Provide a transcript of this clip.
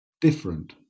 different